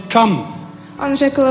Come